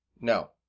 No